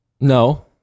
no